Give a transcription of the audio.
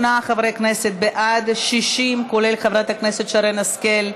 48 חברי כנסת בעד, 60, כולל חברת הכנסת שרן השכל,